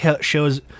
shows